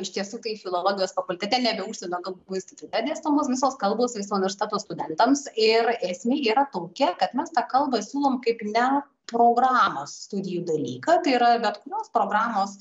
iš tiesų tai filologijos fakultete nebe užsienio kalbų institute dėstomos visos kalbos viso universiteto studentams ir esmė yra tokia kad mes tą kalbą siūlom kaip ne programos studijų dalyką tai yra bet kokios programos